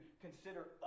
consider